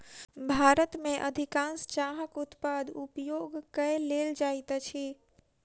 भारत में अधिकाँश चाहक उत्पाद उपयोग कय लेल जाइत अछि